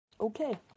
Okay